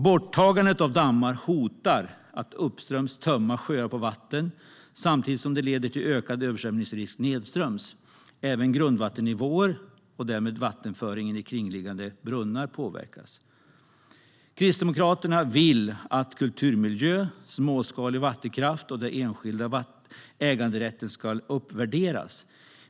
Borttagandet av dammar hotar att uppströms tömma sjöar på vatten samtidigt som det leder till ökad översvämningsrisk nedströms. Även grundvattennivåer, och därmed vattenföringen i kringliggande brunnar, påverkas. Kristdemokraterna vill att kulturmiljö, småskalig vattenkraft och den enskilda äganderätten ska uppvärderas.